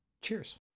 Cheers